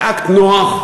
זה אקט נוח.